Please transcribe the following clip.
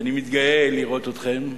אני גאה לראות אתכם.